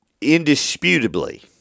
indisputably